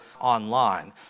online